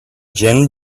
gin